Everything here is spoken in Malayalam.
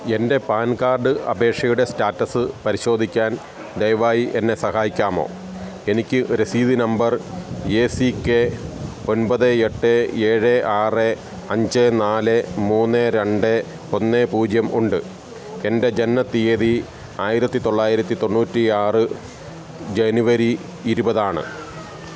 എൻ്റെ പാൻ കാർഡ് അപേക്ഷയുടെ സ്റ്റാറ്റസ് പരിശോധിക്കാൻ ദയവായി എന്നെ സഹായിക്കാമോ എനിക്ക് രസീത് നമ്പർ എ സി കെ ഒമ്പത് എട്ട് ഏഴ് ആറ് അഞ്ച് നാല് മൂന്ന് രണ്ട് ഒന്ന് പൂജ്യം ഉണ്ട് എൻ്റെ ജനന തീയതി ആയിരത്തി തൊള്ളായിരത്തി തൊണ്ണൂറ്റി ആറ് ജനുവരി ഇരുപത് ആണ്